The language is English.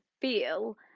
feel